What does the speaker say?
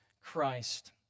Christ